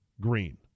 green